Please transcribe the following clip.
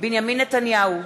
בנימין נתניהו,